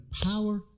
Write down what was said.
power